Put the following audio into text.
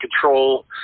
control